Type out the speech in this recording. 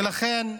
ולכן,